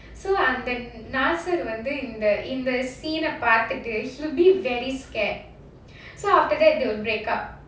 so nacer வந்து இந்த:vandhu indha in the scene பாத்துட்டு:paathutu he'll be very scared so after that they will break up